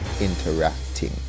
interacting